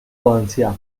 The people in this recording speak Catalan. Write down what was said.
valencià